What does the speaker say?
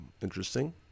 interesting